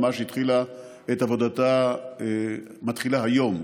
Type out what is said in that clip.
ממש התחילה את עבודתה היא מתחילה היום,